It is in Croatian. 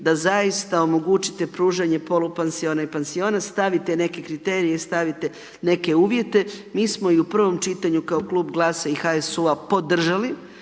da zaista omogućite pružanje polupansiona i pansiona, stavite neke kriterije i stavite neke uvjete. Mi smo i u prvom čitanju kao Klub GLAS-a i HSU-a podržali,